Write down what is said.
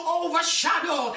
overshadow